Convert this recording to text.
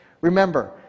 Remember